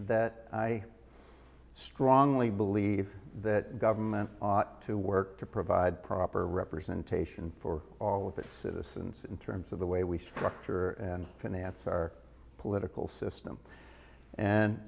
that i strongly believe that government ought to work to provide proper representation for all of its citizens in terms of the way we structure and finance our political system and